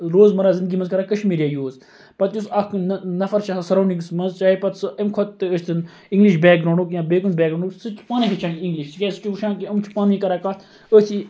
روزمَرٕ زِنٛدگی مَنٛز کَران کَشمیٖریی یوٗز پَتہٕ یُس اکھ نَفَر چھُ آسان سَراونٛڈِنٛگَس مَنٛز چاہے پَتہٕ سُہ اَمہِ کھۄتہٕ تہِ ٲسۍتن اِنٛگلِش بیٚک گرٛاونٛڈُک یا بیٚیہِ کُنہِ بیٚک گرٛاونٛڈُک سُہ چھُ پانے ہیٚچھان اِنٛگلِش کیٛاز سُہ چھُ وُچھان کہِ یِم چھِ پانہٕ وٲنۍ کران کتھ أتھی